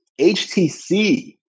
htc